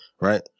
right